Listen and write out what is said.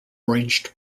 arranged